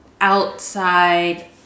outside